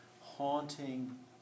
haunting